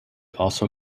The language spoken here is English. also